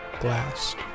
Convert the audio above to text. glass